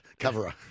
Coverer